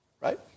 Right